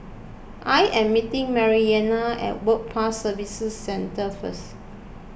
I am meeting Maryellena at Work Pass Services Centre first